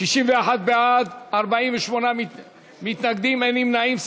61 בעד, 48 מתנגדים, אין נמנעים.